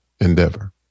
endeavor